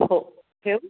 हो ठेवू